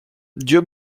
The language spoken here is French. dieu